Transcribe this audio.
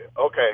Okay